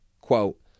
Quote